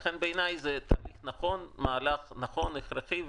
לכן, בעיניי, זה מהלך נכון והכרחי.